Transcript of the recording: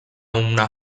una